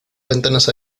ventanas